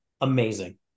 Amazing